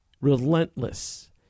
relentless